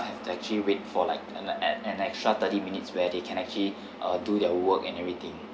have to actually wait for like and at an extra thirty minutes where they can actually uh do their work and everything